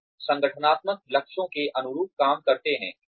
और संगठनात्मक लक्ष्यों के अनुरूप काम करते हैं